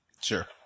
Sure